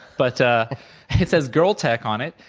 but it says girl tech on it,